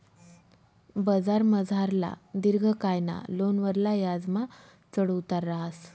बजारमझारला दिर्घकायना लोनवरला याजमा चढ उतार रहास